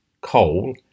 coal